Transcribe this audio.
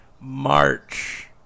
March